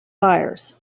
fires